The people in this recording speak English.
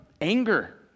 anger